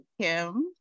Kim